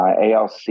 ALC